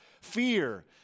fear